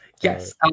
Yes